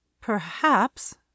Perhaps